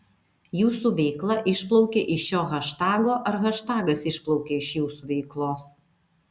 jūsų veikla išplaukė iš šio haštago ar haštagas išplaukė iš jūsų veiklos